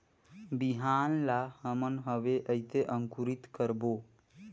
बिहान ला हमन हवे कइसे अंकुरित करबो?